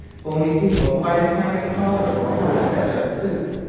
bony people find a kind of collar or hat that just suits,